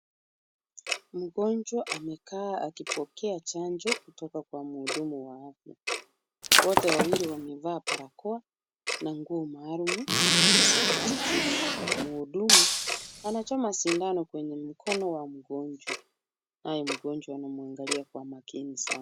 Mgonjwa amekaa akipokea chanjo kutoka kwa mhudumu wa afya. Wote wawili wamevaa barakoa na nguo maalum za kujikinga. Mhudumu, anachoma sindano kwenye mkono wa mgonjwa, naye mgonjwa anamwangalia kwa makini sana.